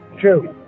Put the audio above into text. true